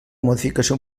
modificació